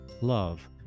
love